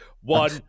One